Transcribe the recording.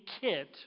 kit